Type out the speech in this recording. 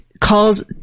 calls